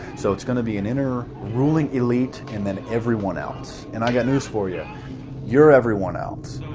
so it's gonna be an inner ruling elite and then everyone else. and i've got news for you you're everyone else.